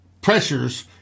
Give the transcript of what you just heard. pressures